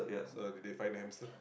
so did they find the hamster